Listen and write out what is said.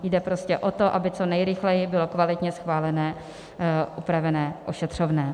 Jde prostě o to, aby co nejrychleji bylo kvalitně schválené upravené ošetřovné.